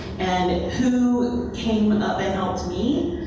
and and who came and up and helped me?